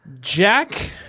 Jack